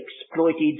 exploited